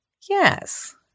Yes